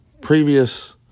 previous